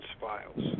Files